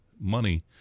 money